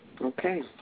Okay